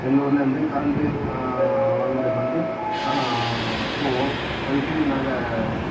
எங்கள் ஊர்ல வந்து கரண்ட்டு வாங்குகிறதுக்கு வந்து போவோம் போய்ட்டு நாங்கள்